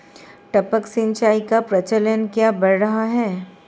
टपक सिंचाई का प्रचलन क्यों बढ़ रहा है?